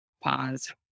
Pause